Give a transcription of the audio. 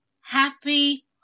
happy